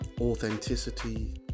...authenticity